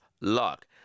luck